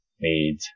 made